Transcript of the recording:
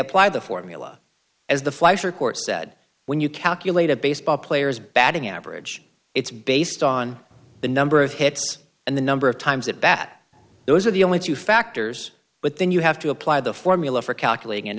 apply the formula as the fleischer court said when you calculate a baseball player's batting average it's based on the number of hits and the number of times at bat those are the only two factors but then you have to apply the formula for calculating an